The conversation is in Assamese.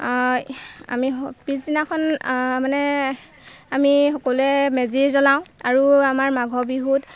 আমি পিছদিনাখন মানে আমি সকলোৱে মেজি জ্বলাওঁ আৰু আমাৰ মাঘৰ বিহুত